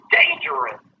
dangerous